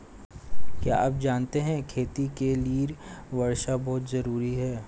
क्या आप जानते है खेती के लिर वर्षा बहुत ज़रूरी है?